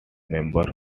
member